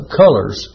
colors